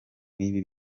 nk’ibi